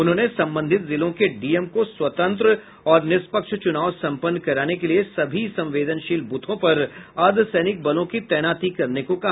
उन्होंने संबंधित जिलों के डीएम को स्वतंत्र और निष्पक्ष चुनाव सम्पन्न कराने के लिये सभी संवेदनशील बूथों पर अर्द्वसैनिक बलों की तैनाती करने को कहा